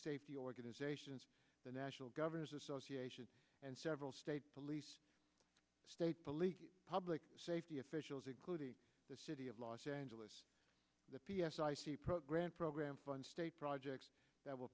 safety organizations the national governors association and several state police state police public safety officials including the city of los angeles the p s i see program program funds state projects that will